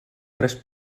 tres